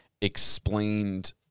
explained